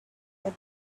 but